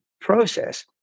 process